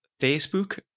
Facebook